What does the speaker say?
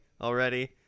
already